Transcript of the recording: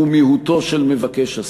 הוא מיהותו של מבקש הזכות.